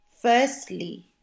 Firstly